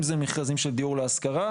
אם זה מכרזים של דיור להשכרה,